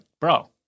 bro